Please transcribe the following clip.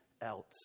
else